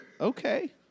Okay